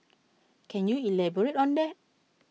can you elaborate on that